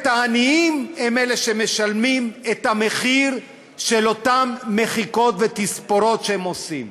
העניים הם אלה שמשלמים את המחיר של אותן מחיקות ותספורות שהם עושים.